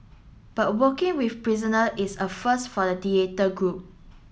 but working with prisoner is a first for the theatre group